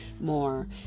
more